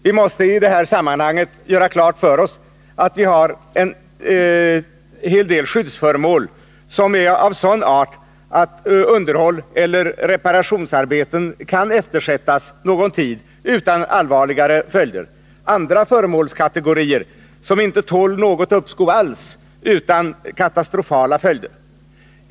Vi måste i det här sammanhanget göra klart för oss att vi har en hel del skyddsföremål som är av sådan art att underhållseller reparationsarbeten kan eftersättas någon tid utan allvarligare följder men även andra föremålskategorier som inte tål något uppskov alls utan Nr 125 katastrofala följder.